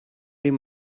him